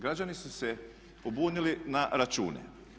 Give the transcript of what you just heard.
Građani su se pobunili na račune.